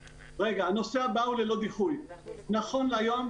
הנושא הבא הוא ללא דיחוי נכון להיום,